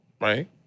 right